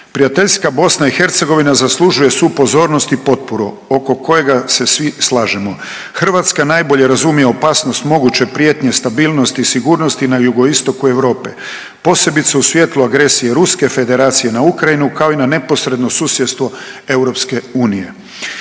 Prijateljstva Bosna i Hercegovina zaslužuje svu pozornost i potporu oko kojega se svi slažemo. Hrvatska najbolje razumije opasnost moguće prijetnje stabilnosti i sigurnosti na jugoistoku Europe posebice u svjetlu agresije Ruske Federacije na Ukrajinu kao i na neposredno susjedstvo Europske unije.